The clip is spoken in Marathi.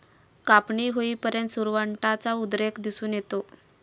कापणी होईपर्यंत सुरवंटाचा उद्रेक दिसून येतो